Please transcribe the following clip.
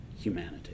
humanity